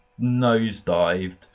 nosedived